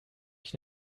ich